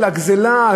הגזלה,